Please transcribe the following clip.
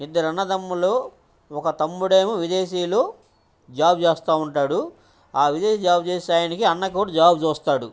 ఇద్దరు అన్నదమ్ములు ఒక తమ్ముడేమో విదేశీయులు జాబ్ చేస్తూ ఉంటాడు ఆ విదేశీ జాబ్ చేస్తాయనికి అన్న కూడా జాబ్ చూస్తాడు